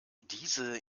diese